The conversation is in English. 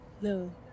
No